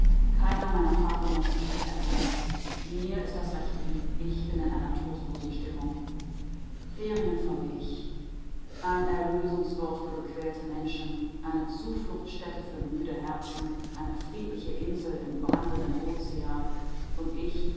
keiner meiner fahrtgenossen spricht ein wort mir ist das recht lieb ich bin in einer trostlosen stimmung ferien vom ich ein erlösungswort für gequälte menschen eine zufluchtsstätte für müde herzen eine friedliche insel im brandenden ozean und ich